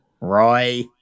Roy